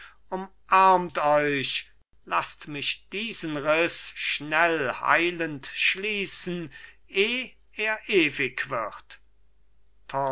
umarmt euch laßt mich diesen riß schnell heilend schließen eh er ewig wird